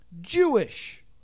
Jewish